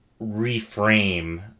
reframe